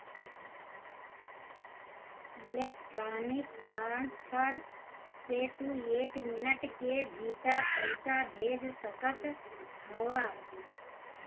electronic transfer से तू एक मिनट के भीतर पईसा भेज सकत हवअ